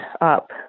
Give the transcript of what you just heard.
up